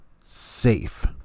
safe